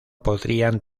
podrían